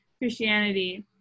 Christianity